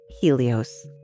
Helios